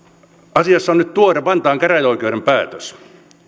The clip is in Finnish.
asiassa on nyt tuore vantaan käräjäoikeuden päätös